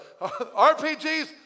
RPGs